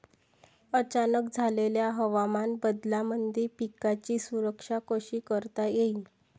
अचानक झालेल्या हवामान बदलामंदी पिकाची सुरक्षा कशी करता येईन?